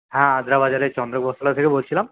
হ্যাঁ আদ্রা বাজারের চন্দ্র বস্ত্রালয় থেকে বলছিলাম